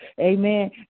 Amen